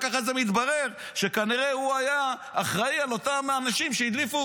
רק אחרי זה מתברר שכנראה הוא היה אחראי לאותם אנשים שהדליפו